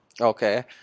Okay